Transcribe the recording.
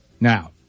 Now